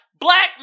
black